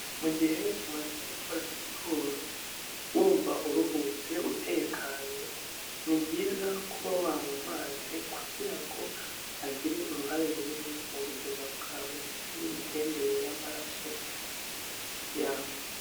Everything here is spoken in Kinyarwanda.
Mu gihe umaze gukora siporo wumva uruhutse utekanye, ni byiza kuba wanywa amazi kugira ngo agire uruhare runini mubuzima bwawe ndetse n'imitembere y'amaso yawe.